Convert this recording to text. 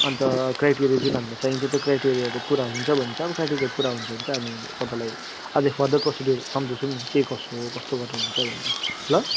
अन्त क्राइटेरिया जुन हामीलाई चाहिन्छ त्यो क्राइटेरियाहरू पुरा हुन्छ भने चाहिँ अब सर्टिफिकेट पुरा हुन्छ भने चाहिँ हामी अझै फर्दर प्रोसिड्युर सम्झाउँछौँ नि के कसो कस्तो गरेर हुन्छ भनेर ल